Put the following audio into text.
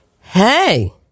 Hey